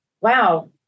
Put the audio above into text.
wow